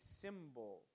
symbol